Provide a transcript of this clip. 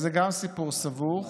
זה גם סיפור סבוך,